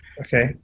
Okay